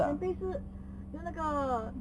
tempeh 是是那个